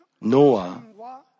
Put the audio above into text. Noah